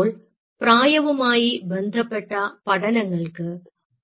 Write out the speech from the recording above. അപ്പോൾ പ്രായവുമായി ബന്ധപ്പെട്ട പഠനങ്ങൾക്ക്